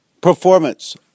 performance